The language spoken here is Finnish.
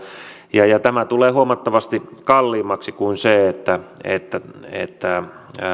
tämä tulee huomattavasti kalliimmaksi kuin se että että